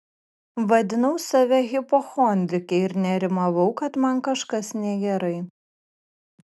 vadinau save hipochondrike ir nerimavau kad man kažkas negerai